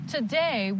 Today